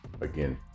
again